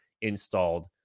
installed